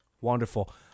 Wonderful